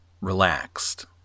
relaxed